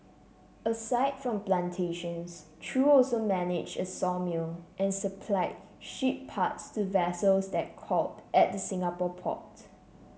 aside from plantations Chew also managed a sawmill and supplied ship parts to vessels that called at the Singapore port